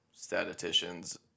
statisticians